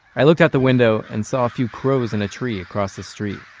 i looked out the window and saw a few crows in a tree across the street.